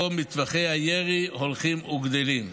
שבו מטווחי הירי הולכים וגדלים.